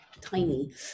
tiny